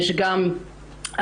יש גם אלימות,